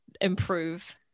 improve